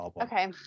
okay